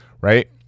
right